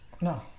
no